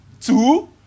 two